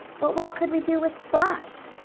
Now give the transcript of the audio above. but what could we do with splash?